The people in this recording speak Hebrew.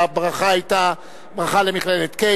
והברכה היתה ברכה למכללת "קיי",